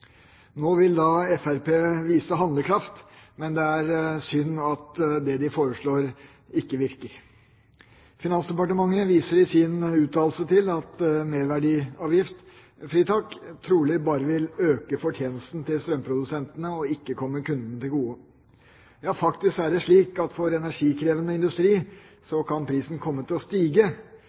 Nå vil Fremskrittspartiet vise handlekraft, men det er synd at det de foreslår, ikke virker. Finansdepartementet viser i sin uttalelse til at et merverdiavgiftsfritak trolig bare vil øke fortjenesten til strømprodusentene og ikke komme kunden til gode. Ja, faktisk er det slik at for energikrevende industri kan prisen komme til å stige.